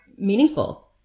meaningful